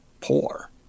poor